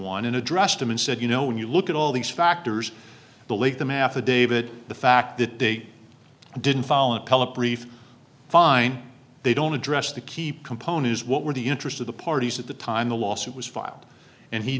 one in addressed them and said you know when you look at all these factors believe them affidavit the fact that they didn't follow up brief fine they don't address the keep component is what were the interests of the parties at the time the lawsuit was filed and he